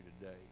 today